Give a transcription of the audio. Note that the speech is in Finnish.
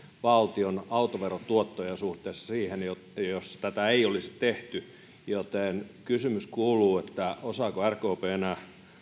valtion autoverotuottoja suhteessa siihen että tätä ei olisi tehty joten kysymys kuuluu osaako rkp enää